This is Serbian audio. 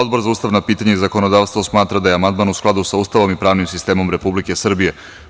Odbor za ustavna pitanja i zakonodavstvo smatra da je amandman u skladu sa Ustavom i pravnim sistemom Republike Srbije.